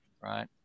right